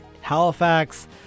Halifax